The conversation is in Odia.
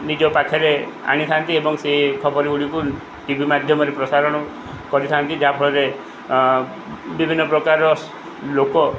ନିଜ ପାଖରେ ଆଣିଥାନ୍ତି ଏବଂ ସେ ଖବରଗୁଡ଼ିକୁ ଟି ଭି ମାଧ୍ୟମରେ ପ୍ରସାରଣ କରିଥାନ୍ତି ଯାହାଫଳରେ ବିଭିନ୍ନପ୍ରକାରର ଲୋକ